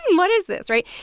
what is this, right?